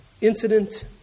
incident